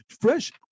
fresh